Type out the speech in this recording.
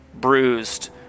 bruised